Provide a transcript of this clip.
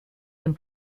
dem